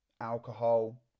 alcohol